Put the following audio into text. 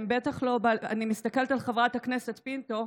אני מסתכלת על חברת הכנסת פינטו,